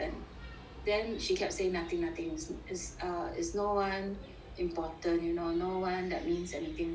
then she kept say nothing nothing is a it's no one important you know no one that means anything to me